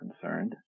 concerned